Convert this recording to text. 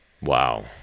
Wow